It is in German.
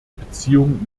beziehung